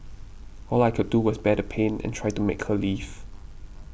all I could do was bear the pain and try to make her leave